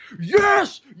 yes